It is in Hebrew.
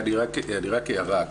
רק הערה,